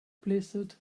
blizzard